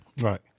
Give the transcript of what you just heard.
Right